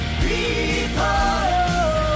people